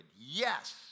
Yes